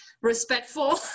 respectful